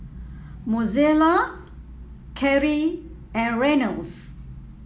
Mozella Carie and Reynolds